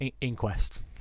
Inquest